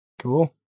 Cool